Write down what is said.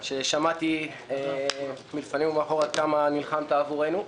ששמעתי מלפנים ומאחור כמה נלחמת עבורנו.